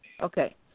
Okay